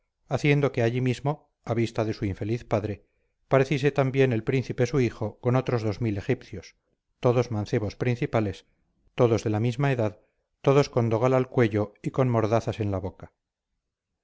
haciendo que allí mismo a vista de su infeliz padre pareciese también el príncipe su hijo con otros egipcios todos mancebos principales todos de la misma edad todos con dogal al cuello y con mordazas en la boca